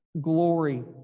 glory